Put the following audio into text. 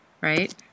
right